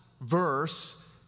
verse